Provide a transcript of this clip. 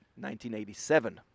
1987